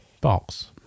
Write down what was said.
box